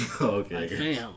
Okay